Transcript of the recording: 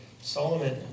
Solomon